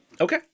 Okay